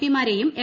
പിമാരേയും M